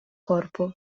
corpo